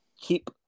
keep